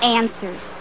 answers